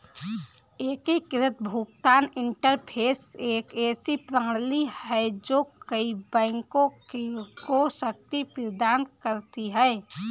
एकीकृत भुगतान इंटरफ़ेस एक ऐसी प्रणाली है जो कई बैंकों को शक्ति प्रदान करती है